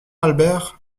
albert